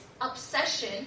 obsession